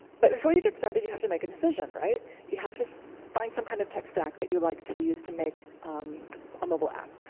but before you get started, you have to make a decision, right? you have to find some kind of tech stack that you like to use to make a mobile app.